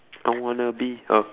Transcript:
I wanna be a